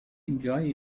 enjoy